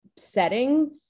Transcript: setting